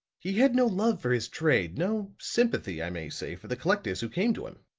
he had no love for his trade, no sympathy, i may say, for the collectors who came to him.